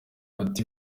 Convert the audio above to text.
ati